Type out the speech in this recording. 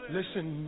Listen